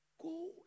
Go